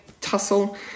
tussle